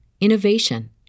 innovation